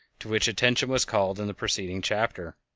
to which attention was called in the preceding chapter.